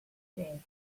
said